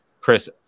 Chris